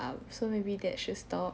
so maybe that should stop